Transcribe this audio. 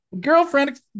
Girlfriend